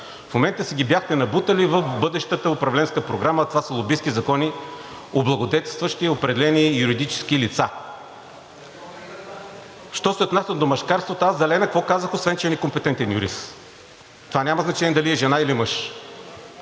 в момента си ги бяхте набутали в бъдещата управленска програма, а това са лобистки закони, облагодетелстващи определени юридически лица. Що се отнася до мъжкарството, аз за Лена какво казах, освен че е некомпетентен юрист, това няма значение – дали е жена, или мъж.